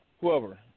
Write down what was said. whoever